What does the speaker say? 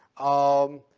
um,